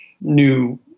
new